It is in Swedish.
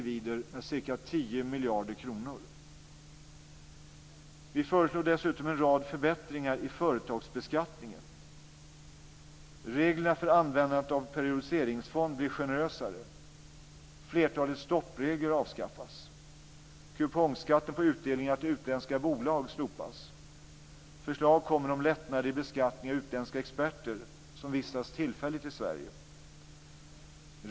Vi föreslår dessutom en rad förbättringar i företagsbeskattningen. Reglerna för användandet av periodiseringsfond blir generösare. Flertalet stoppregler avskaffas. Kupongskatten på utdelning i utländska bolag slopas. Förslag kommer om lättnader i beskattningen av utländska experter som tillfälligt vistas i Sverige.